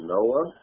Noah